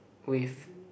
with